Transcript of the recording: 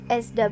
SW